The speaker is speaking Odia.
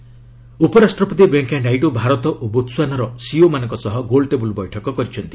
ନାଇଡୁ ସିଇଓ ଉପରାଷ୍ଟ୍ରପତି ଭେଙ୍କିୟା ନାଇଡୁ ଭାରତ ଓ ବୋତ୍ସୁଆନାର ସିଇଓମାନଙ୍କ ସହ ଗୋଲ୍ଟେବୁଲ୍ ବୈଠକ କରିଛନ୍ତି